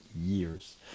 years